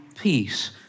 peace